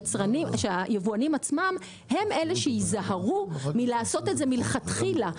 היבואנים עצמם הם אלה שייזהרו מלעשות את זה מלכתחילה.